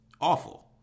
awful